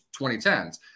2010s